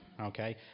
Okay